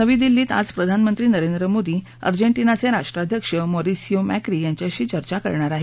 नवी दिल्लीत आज प्रधानमंत्री नरेंद्र मोदी अर्जेटीनाचे राष्ट्राध्यक्ष मौरिसिओ मॅक्री यांच्याशी चर्चा करणार आहेत